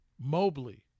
Mobley